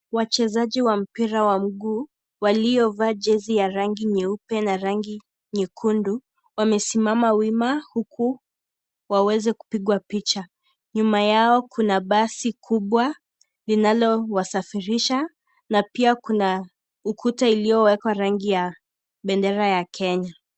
Wachezaji wa mpria wa mguu waliovaa jezi nyeupe na rangi nyekundu wamesimama wima huku waweze kupigwa picha, nyuma yao kuna basi kubwa linalowasafirisha na pia kuna ukuta iliowekwa rangi ya bendera ya Kenya..